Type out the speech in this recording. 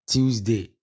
Tuesday